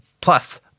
plus